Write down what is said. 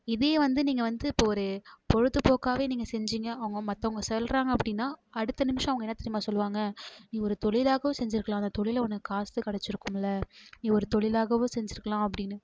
இதையே வந்து நீங்கள் வந்து இப்ப ஒரு பொழுதுபோக்காவே நீங்கள் செஞ்சீங்க அவங்க மத்தவங்க சொல்கிறாங்க அப்படினால் அடுத்த நிமிடம் அவங்க என்ன தெரியுமா சொல்லுவாங்க நீ ஒரு தொழிலாகவும் செஞ்சிருக்கலாம் அந்த தொழிலில் உனக்கு காசு கிடச்சிருக்கும்ல நீ ஒரு தொழிலாகவும் செஞ்சிருக்கலாம் அப்படினு